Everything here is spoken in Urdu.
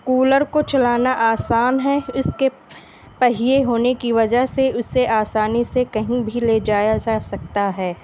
کولر کو چلانا آسان ہے اس کے پہیے ہونے کی وجہ سے اسے آسانی سے کہیں بھی لے جایا جا سکتا ہے